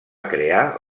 crear